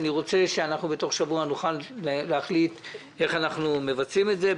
אני רוצה שבתוך שבוע נוכל להחליט איך אנחנו מבצעים את זה.